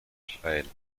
israel